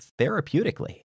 therapeutically